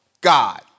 God